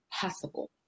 possible